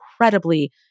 incredibly